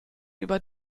über